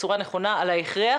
בצורה נכונה על ההכרח,